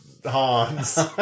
Hans